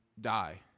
die